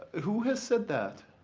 who has said that?